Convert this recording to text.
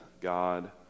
God